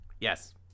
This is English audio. Yes